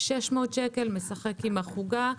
600 שקל, משחק עם החוגה.